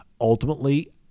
ultimately